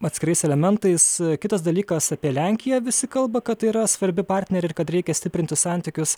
atskirais elementais kitas dalykas apie lenkiją visi kalba kad tai yra svarbi partnerė ir kad reikia stiprinti santykius